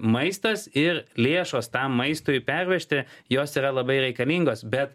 maistas ir lėšos tam maistui pervežti jos yra labai reikalingos bet